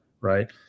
right